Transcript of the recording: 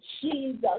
Jesus